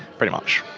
pretty much.